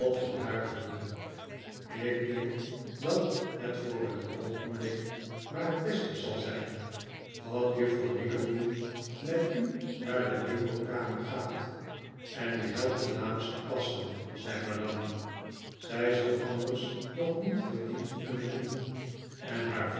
voor haar voelde ik denk dat het voor t oogenblik maar het beste zal zijn dat juffrouw nickleby met u naar de winkelkamer gaat en u helpt de dames te passen zei madame zij zal anders nog niet veel dienst kunnen doen en haar